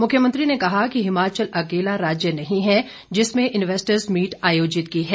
मुख्यमंत्री ने कहा कि हिमाचल अकेला राज्य नहीं है जिसने इन्वेस्टर्स मीट आयोजित की है